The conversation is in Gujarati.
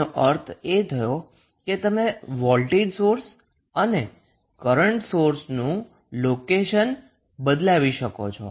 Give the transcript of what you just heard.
તેનોઅર્થ એ થાય કે તમે વોલ્ટેજ સોર્સ અને કરન્ટનું લોકેશન બદલાવી શકો છો